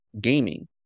Gaming